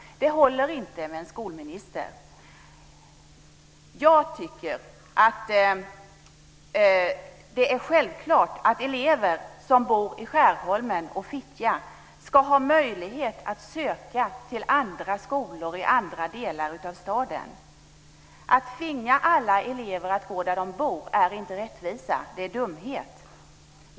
Det håller inte för en skolminister. Jag tycker att det är självklart att elever som bor i Skärholmen och Fittja ska ha möjlighet att söka till andra skolor i andra delar av staden. Att tvinga alla elever att gå där de bor är inte rättvisa; det är dumhet.